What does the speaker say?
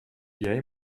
jij